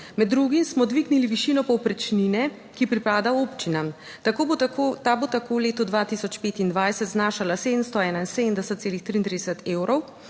Med drugim smo dvignili višino povprečnine, ki pripada občinam, tako bo, ta bo tako v letu 2025 znašala 771,33 evrov